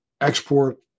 export